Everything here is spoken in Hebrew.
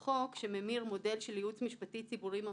מבוססות בעיקרן על תמיכה תקציבית של